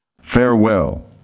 Farewell